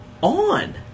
on